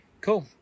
Cool